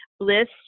Bliss